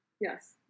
Yes